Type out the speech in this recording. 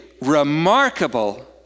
remarkable